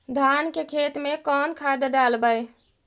धान के खेत में कौन खाद डालबै?